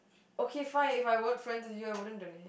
okay If I weren't friends with you I wouldn't donate